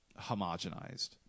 homogenized